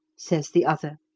says the other,